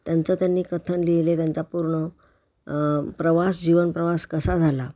त्यांचं त्यांनी कथन लिहिले त्यांचा पूर्ण प्रवास जीवनप्रवास कसा झाला